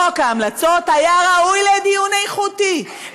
חוק ההמלצות היה ראוי לדיון איכותי,